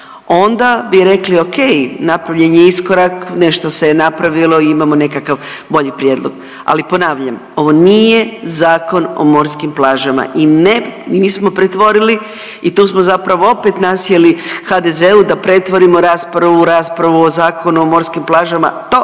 onda bi rekli ok napravljen je iskorak, nešto se je napravilo i imamo nekakav bolji prijedlog, ali ponavljam ono nije Zakon o morskim plažama i ne, mi nismo pretvorili i tu smo zapravo opet nasjeli HDZ-u da pretvorimo raspravu u raspravu o Zakonu o morskim plažama to